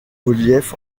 relief